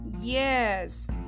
Yes